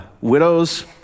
widows